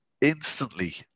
instantly